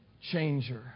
changer